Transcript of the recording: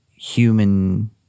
Human